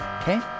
Okay